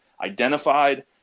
identified